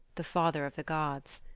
the father of the gods.